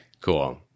Cool